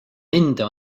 nende